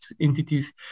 entities